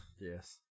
Yes